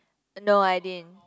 no I didn't